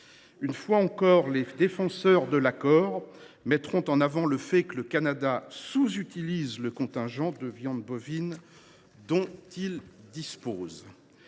une fois, les défenseurs de l’accord mettront en avant le fait que le Canada sous utilise le contingent de viande bovine dont il dispose.